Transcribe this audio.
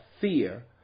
fear